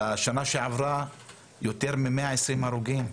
בשנה שעברה יותר מ-120 הרוגים,